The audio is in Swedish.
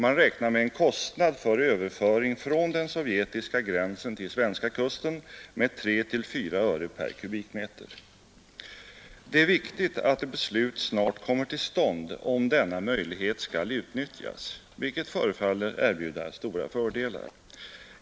Man räknar med en kostnad för överföring från den sovjetiska gränsen till svenska kusten med 3—4 öre per kubikmeter. Det är viktigt att ett beslut snart kommer till stånd om denna möjlighet skall utnyttjas — vilket förefaller erbjuda stora fördelar.